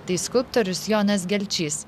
tai skulptorius jonas gelčys